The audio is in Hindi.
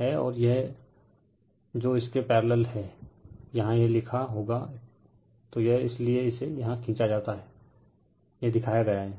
हैं और यह जो इसके पैरेलल है यहाँ यह लिखा होगा तो यह इसीलिए इसे यहाँ खीचा जाता हैंयह दिखाया गया हैं